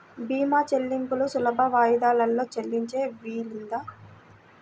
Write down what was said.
భీమా చెల్లింపులు సులభ వాయిదాలలో చెల్లించే వీలుందా?